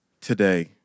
today